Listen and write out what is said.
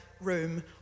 room